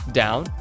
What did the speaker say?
down